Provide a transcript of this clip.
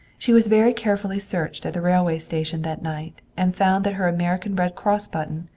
she was very carefully searched at the railway station that night and found that her american red cross button,